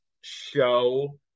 show